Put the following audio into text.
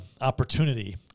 opportunity